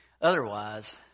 Otherwise